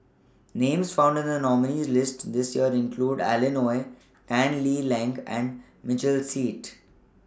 Names found in The nominees' list This Year include Alan Oei Tan Lee Leng and Michael Seet